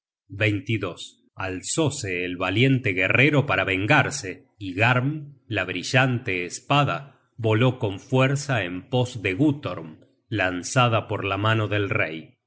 de sigurd alzose el valiente guerrero para vengarse y garm la brillante espada voló con fuerza en pos de gutorm lanzada por la mano del rey